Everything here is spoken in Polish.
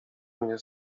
mnie